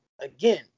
again